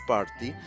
Party